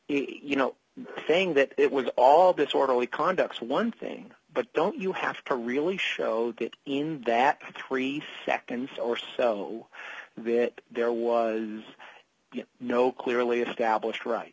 you know saying that it was all disorderly conduct one thing but don't you have to really show that in that three seconds or so bit there was no clearly established right